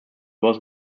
was